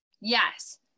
Yes